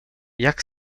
jak